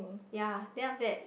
ya then after that